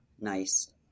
Nice